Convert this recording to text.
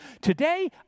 today